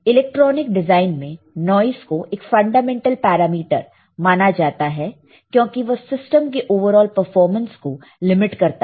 electronic design में noise को एक फंडामेंटल पैरामीटर माना जाता है क्योंकि वह सिस्टम के ओवरऑल परफॉर्मेंस को लिमिट करता है